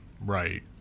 Right